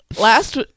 last